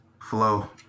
Flow